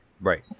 right